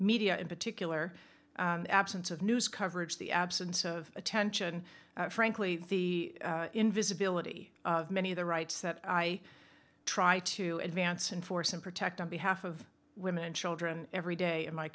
media in particular absence of news coverage the absence of attention frankly the invisibility of many of the rights that i try to advance and force and protect on behalf of women and children every day in my